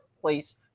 place